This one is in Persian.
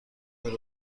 دور